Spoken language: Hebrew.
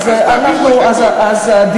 אז תעבירו את הכול.